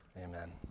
Amen